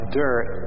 dirt